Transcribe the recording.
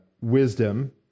wisdom